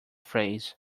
phrase